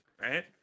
right